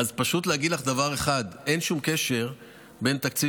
אז פשוט להגיד לך דבר אחד: אין שום קשר בין תקציב